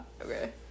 Okay